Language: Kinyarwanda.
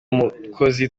mukozi